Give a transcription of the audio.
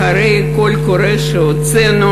אחרי קול קורא שהוצאנו,